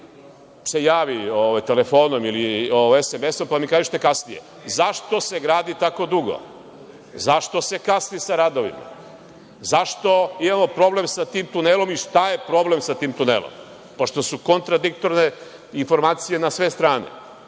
se javi telefonom ili sms-om, pa mi kažite kasnije. Zašto se gradi tako dugo? Zašto se kasni sa radovima? Zašto imamo problem sa tim tunelom i šta je problem sa tim tunelom, pošto su kontradiktorne informacije na sve strane?